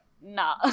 nah